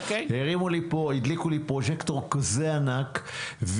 ו הדליקו לי פרוג'קטור כזה ענק.